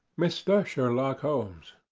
mr. sherlock holmes.